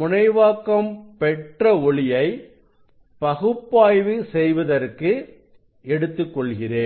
முனைவாக்கம் பெற்ற ஒளியை பகுப்பாய்வு செய்வதற்கு எடுத்துக்கொள்கிறேன்